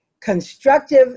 constructive